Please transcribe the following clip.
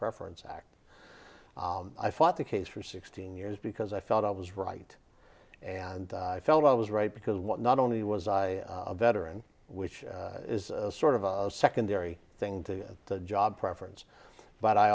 preference act i fought the case for sixteen years because i felt i was right and i felt i was right because not only was i a veteran which is sort of a secondary thing to the job preference but i